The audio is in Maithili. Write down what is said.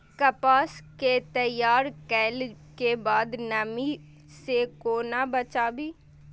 कपास के तैयार कैला कै बाद नमी से केना बचाबी?